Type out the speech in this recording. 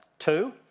Two